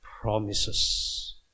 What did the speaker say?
promises